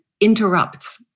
interrupts